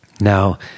Now